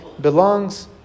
belongs